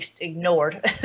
Ignored